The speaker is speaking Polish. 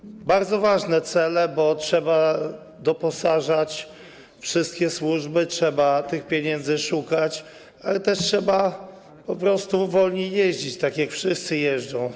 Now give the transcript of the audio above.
Chodzi tu o bardzo ważne cele, bo trzeba doposażać wszystkie służby, trzeba tych pieniędzy szukać, ale też trzeba po prostu wolniej jeździć, tak jak wszyscy jeżdżą.